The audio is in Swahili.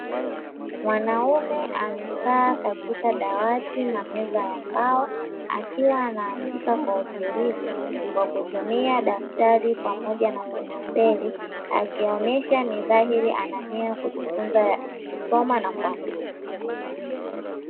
Mwanaume amekaa katika dawati na meza ya mbao akiwa anaandika kwa utulivu, kwakutumia daftari pamoja na penseli, akionesha nidhahiri anania ya kujifunza kusoma na kuandika.